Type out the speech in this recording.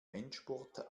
endspurt